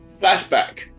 flashback